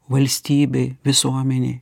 valstybėj visuomenėj